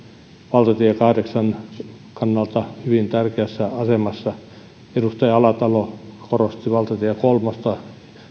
valtatie kahdeksan kannalta hyvin tärkeässä asemassa edustaja alatalo korosti valtatie kolmosta